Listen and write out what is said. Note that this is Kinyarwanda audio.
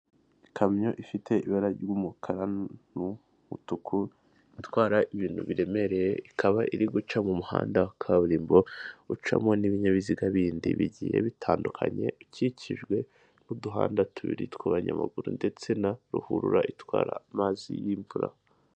Ikamyo ifite ibara ry'umukara n'umutuku itwara ibintu biremereye, ikaba iri guca mu muhanda wa kaburimbo ucamo n'ibinyabiziga bindi bigiye bitandukanye ukikijwe n'uduhanda tubiri tw'abanyamaguru, ndetse na ruhurura itwara amazi y'imvura.